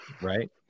Right